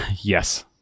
Yes